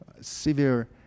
severe